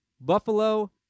Buffalo